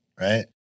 Right